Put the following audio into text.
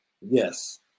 yes